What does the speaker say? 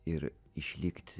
ir išlikti